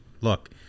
look